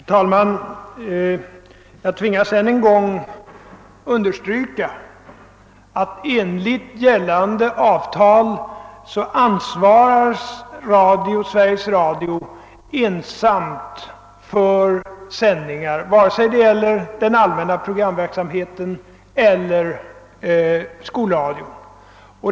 Herr talman! Jag tvingas ännu en gång understryka att Sveriges Radio enligt gällande avtal ensamt ansvarar för alla sändningar, både när det gäller den allmänna programverksamheten och när det gäller skolradion.